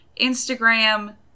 Instagram